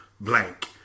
Blank